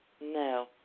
No